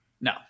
No